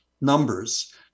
numbers